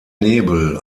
nebel